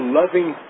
loving